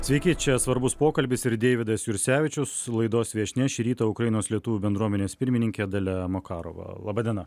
sveiki čia svarbus pokalbis ir deividas jursevičius laidos viešnia šį rytą ukrainos lietuvių bendruomenės pirmininkė dalia makarova laba diena